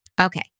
Okay